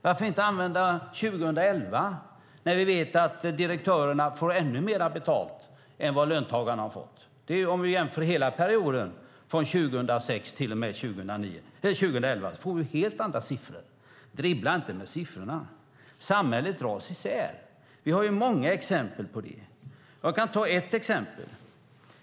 Varför inte använda 2011, när vi vet att direktörerna har fått ännu mer betalt än vad löntagarna har fått? Om vi jämför hela perioden, från 2006 till och med 2011, får vi helt andra siffror. Dribbla inte med siffrorna! Samhället dras isär. Vi har många exempel på det. Jag kan ta ett exempel.